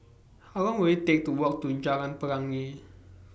How Long Will IT Take to Walk to Jalan Pelangi